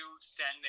send